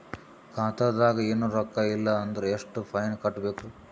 ಖಾತಾದಾಗ ಏನು ರೊಕ್ಕ ಇಲ್ಲ ಅಂದರ ಎಷ್ಟ ಫೈನ್ ಕಟ್ಟಬೇಕು?